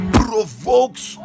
provokes